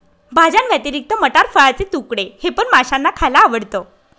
भाज्यांव्यतिरिक्त मटार, फळाचे तुकडे हे पण माशांना खायला आवडतं